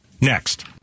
Next